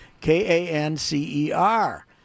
K-A-N-C-E-R